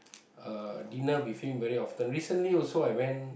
uh dinner with him very often recently also I went